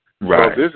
Right